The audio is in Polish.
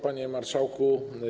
Panie Marszałku!